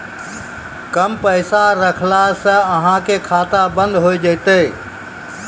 कम पैसा रखला से अहाँ के खाता बंद हो जैतै?